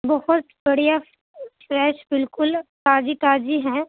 بہت بڑھیا فریش بالکل تازی تازی ہیں